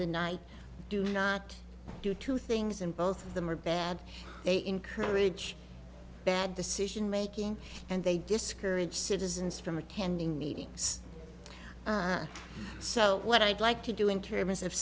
the night do not do two things and both of them are bad they encourage bad decision making and they discourage citizens from the candy meetings so what i'd like to do in terms of